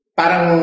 parang